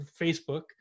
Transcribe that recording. Facebook